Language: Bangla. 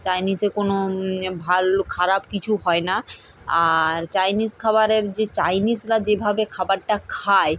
চাইনিজে কোনো ভালো খারাপ কিছু হয় না আর চাইনিজ খাবারের যে চাইনিজরা যেভাবে খাবারটা খায়